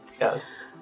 yes